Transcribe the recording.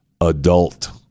adult